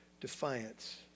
defiance